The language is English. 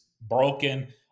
broken